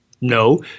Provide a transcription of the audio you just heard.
no –